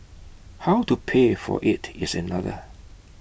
how to pay for IT is another